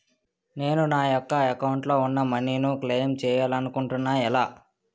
నేను నా యెక్క అకౌంట్ లో ఉన్న మనీ ను క్లైమ్ చేయాలనుకుంటున్నా ఎలా?